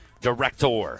director